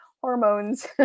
hormones